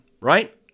Right